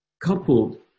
coupled